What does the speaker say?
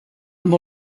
amb